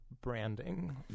branding